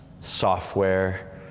software